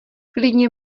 klidně